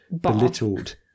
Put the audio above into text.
belittled